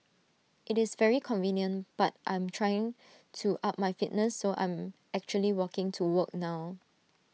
IT is very convenient but I'm trying to up my fitness so I'm actually walking to work now